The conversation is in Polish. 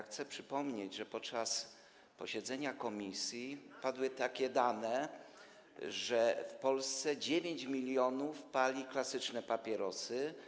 Chcę przypomnieć, że podczas posiedzenia komisji padły takie dane, że w Polsce 9 mln osób pali klasyczne papierosy.